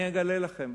אגלה לכם,